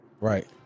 Right